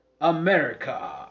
America